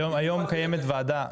היום קיימת ועדה,